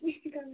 हल्ला नगर है